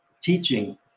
teaching